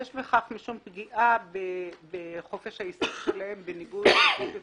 יש בכך משום פגיעה בחופש העיסוק שלהם בניגוד לחוק יסוד: